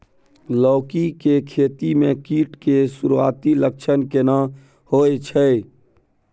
लौकी के खेती मे कीट के सुरूआती लक्षण केना होय छै?